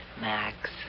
Max